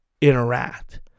interact